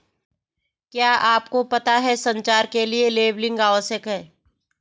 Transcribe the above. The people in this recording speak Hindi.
क्या आपको पता है संचार के लिए लेबलिंग आवश्यक है?